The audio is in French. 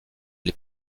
les